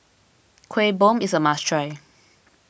Kueh Bom is a must try